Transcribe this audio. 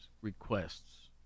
requests